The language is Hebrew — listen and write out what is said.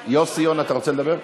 יוסי יונה, אתה רוצה לדבר?